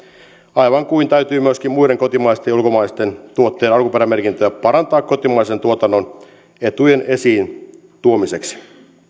aivan kuin täytyy myöskin muiden kotimaisten ja ulkomaisten tuotteiden alkuperämerkintöjä parantaa kotimaisen tuotannon etujen esiin tuomiseksi